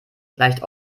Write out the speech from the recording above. gleicht